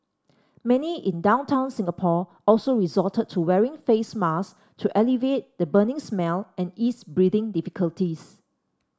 many in downtown Singapore also resorted to wearing face masks to alleviate the burning smell and ease breathing difficulties